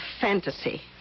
fantasy